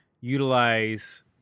utilize